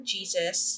Jesus